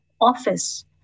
office